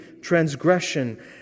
transgression